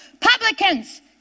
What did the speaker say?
Publicans